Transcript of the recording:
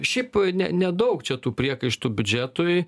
šiaip ne nedaug čia tų priekaištų biudžetui